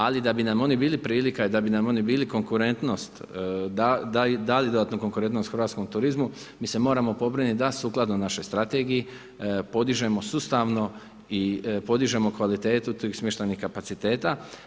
Ali da bi nam oni bili prilika i da bi nam oni bili konkurentnost, dali dodatnu konkurentnost hrvatskom turizmu mi se moramo pobrinuti da sukladno našoj strategiji podižemo sustavno i podižemo kvalitetu tih smještajnih kapaciteta.